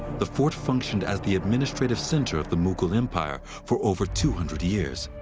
the fort functioned as the administrative center of the mughal empire for over two hundred years.